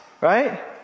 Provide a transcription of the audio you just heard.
Right